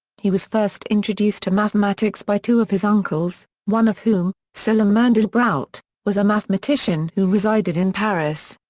he was first introduced to mathematics by two of his uncles, one of whom, szolem mandelbrojt, was a mathematician who resided in paris.